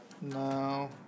No